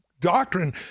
doctrine